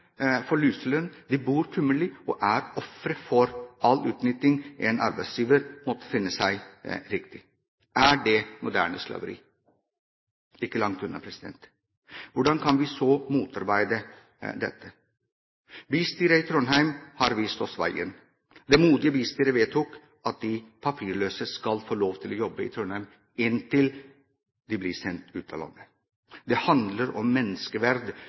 for luselønn, de bor kummerlig og er ofre for all utnytting en arbeidsgiver måtte finne riktig. Er det moderne slaveri? Ikke langt unna. Hvordan kan vi så motarbeide dette? Bystyret i Trondheim har vist oss veien. Det modige bystyret vedtok at de papirløse skal få lov til å jobbe i Trondheim inntil de blir sendt ut av landet. Det handler om menneskeverd,